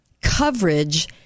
coverage